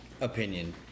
opinion